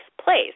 place